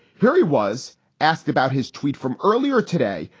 here he was asked about his tweet from earlier today,